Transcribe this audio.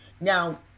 now